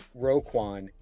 Roquan